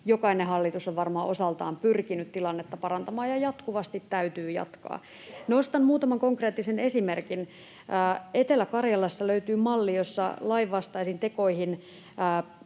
jokainen hallitus on varmaan osaltaan pyrkinyt tilannetta parantamaan, ja jatkuvasti täytyy jatkaa. Nostan muutaman konkreettisen esimerkin. Etelä-Karjalasta löytyy malli, jossa lainvastaisiin tekoihin